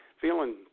Feeling